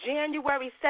January